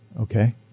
Okay